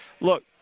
look